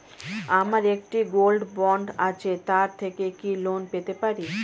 আমার একটি gold bond আছে তার থেকে কি লোন পেতে পারি?